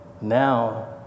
Now